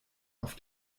auf